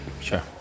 Sure